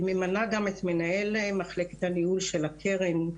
היא ממנה גם את מנהל מחלקת הניהול של הקרן,